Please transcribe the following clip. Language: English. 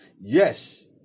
Yes